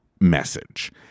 message